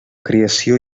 creació